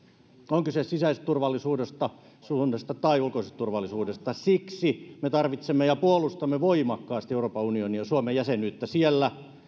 onpa kyse sisäisestä turvallisuudesta tai ulkoisesta turvallisuudesta me tarvitsemme ja puolustamme voimakkaasti euroopan unionia ja suomen jäsenyyttä siellä